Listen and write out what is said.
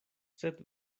sed